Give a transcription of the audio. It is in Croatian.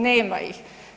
Nema ih.